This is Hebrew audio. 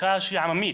מחאה שהיא עממית,